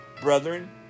Brethren